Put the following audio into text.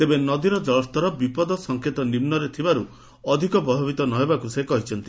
ତେବେ ନଦୀର ଜଳସ୍ତର ବିପଦ ସଂକେତ ନିମୁରେ ଥିବାରୁ ଅଧିକ ଭୟଭୀତ ନ ହେବାକୁ ସେ କହିଛନ୍ତି